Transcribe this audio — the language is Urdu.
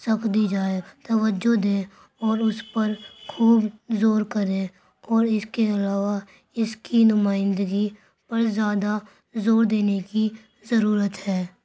سخت دی جائے توجہ دیں اور اس پر خوب زور کریں اور اس کے علاوہ اس کی نمائندگی پر زیادہ زور دینے کی ضرورت ہے